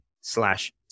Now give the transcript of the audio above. slash